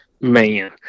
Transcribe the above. man